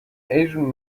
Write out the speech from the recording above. asian